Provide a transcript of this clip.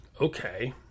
Okay